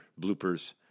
bloopers